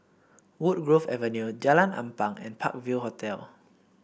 Woodgrove Avenue Jalan Ampang and Park View Hotel